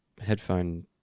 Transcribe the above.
headphone